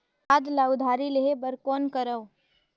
खाद ल उधारी लेहे बर कौन करव?